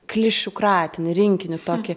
klišių kratinį rinkinį tokį